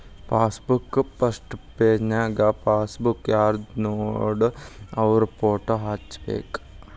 passbook first ಪೆಜನ್ಯಾಗ passbook ಯಾರ್ದನೋಡ ಅವ್ರ ಫೋಟೋ ಹಚ್ಬೇಕ್